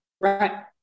Right